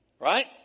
Right